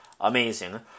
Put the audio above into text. amazing